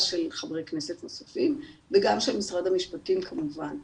של חברי כנסת נוספים וגם של משרד המשפטים כמובן.